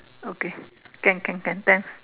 okay can can can thanks